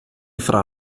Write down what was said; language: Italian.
fra